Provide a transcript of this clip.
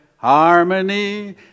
Harmony